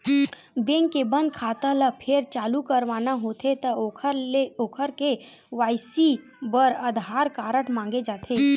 bank के बंद खाता ल फेर चालू करवाना होथे त ओखर के.वाई.सी बर आधार कारड मांगे जाथे